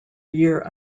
year